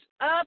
up